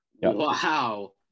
Wow